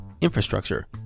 infrastructure